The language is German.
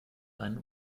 einen